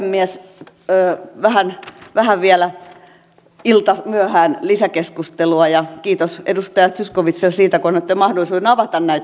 tässä puhemies vähän vielä iltamyöhään lisäkeskustelua ja kiitos edustaja zyskowiczille siitä kun annoitte mahdollisuuden avata näitä opposition vaihtoehtoja vähän laajemmalti